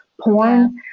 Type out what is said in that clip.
porn